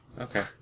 Okay